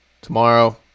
tomorrow